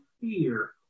fear